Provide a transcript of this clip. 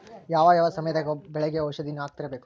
ಯಾವ ಯಾವ ಸಮಯದಾಗ ಬೆಳೆಗೆ ಔಷಧಿಯನ್ನು ಹಾಕ್ತಿರಬೇಕು?